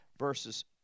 Verses